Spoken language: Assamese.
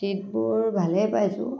চীটবোৰ ভালেই পাইছোঁ